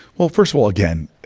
well, first of all, again,